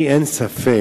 לי אין ספק